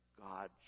God